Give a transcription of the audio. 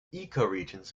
ecoregions